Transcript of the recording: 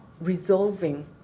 resolving